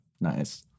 Nice